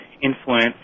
influence